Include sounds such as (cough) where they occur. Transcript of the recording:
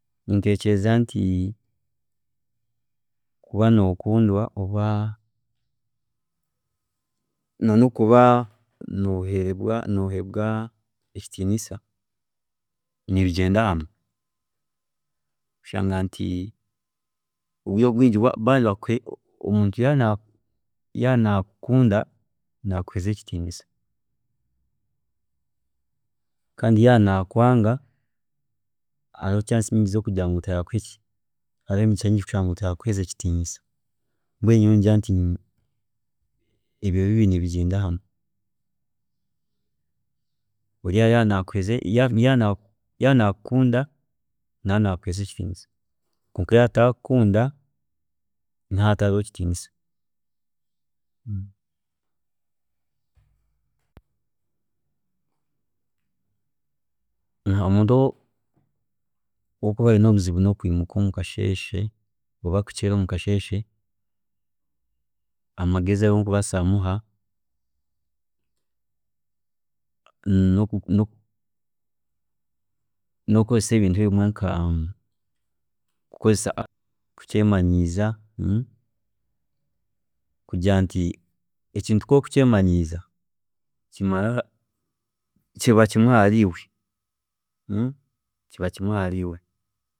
﻿Ninteekyereza nti kuba nokundwa oba na nokuba nohebwa nohebwa ekitiinisa nibigyenda hamwe, kushanga nti obwiire obwingi omuntu yaaba nakukunda nakuheereza ekitiinisa, kandi yaaba nakwanga hariho chance nyingi zokugira ngu tarakuhe ki, hariho emigisha nyingi yokugira ngu tarakuheereze ekitiinisa, mbwenu nyowe ningira ngu ebyo bibiri nibigyenda hamwe, oriiya yaaba nakuheeza nakukunda nakuheereza ekitiinisa kandi yaaba atari kukukunda nihaba hatariho kitiinisa, omuntu orikuba ayine obuzibu bwokwiimuka omukasheeshe oba kukyeera omukasheeshe, amagezi agu ndikubaasa kumuha, (hesitation) noku nokukozesa ebintu ebimwe nka, nkokukyemanyiiza kugira ngu ekintu kwori kukyemanyiiza (hesitation) kugira nti ekintu kokukyemanyiiza kimara kiba kimwe ahari iwe, kiba kimwe ahari iwe.